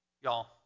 Y'all